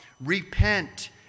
Repent